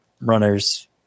runners